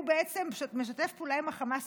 הוא בעצם משתף פעולה עם החמאס,